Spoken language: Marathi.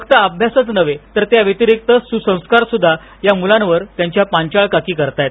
फक्त अभ्यासच नव्हे तर त्या व्यतिरिक्त सुसंस्कारसुद्वा या मुलांवर त्यांच्या पांचाळ काकी करताहेत